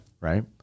right